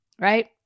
Right